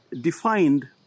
defined